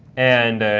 and